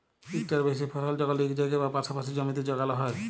ইকটার বেশি ফসল যখল ইক জায়গায় বা পাসাপাসি জমিতে যগাল হ্যয়